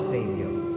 Savior